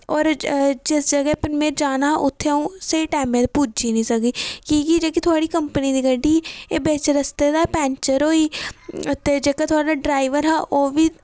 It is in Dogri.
होर जिस जगह् पर में जाना हा उत्थै उ'ऊं स्हेई टैमे दी पुज्जी नीं सकी कि की जेह्की थोआड़ी कंपनी दी गड्डी ही एह् बिच रस्ते दे पैंचर होई ते जेह्का थोआड़ा ड्रैवर हा ओह् बी